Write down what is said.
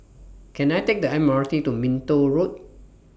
Can I Take The M R T to Minto Road